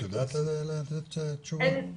את יודעת לתת תשובה?